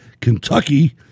Kentucky